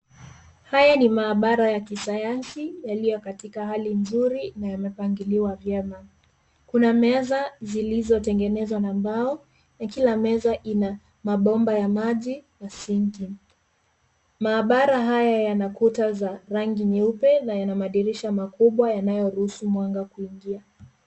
Haya ni maabara ya kisayansi yaliyo katika hali nzuri na yamepangiliwa vyema. Kuna meza zilizo tengenezwa na mbao na kila meza ina mabomba ya maji na sinki. Maabara haya yana kuta za rangi nyeupe na yana madirisha makubwa yanayo ruhusu mwanga kuingia.